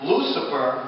Lucifer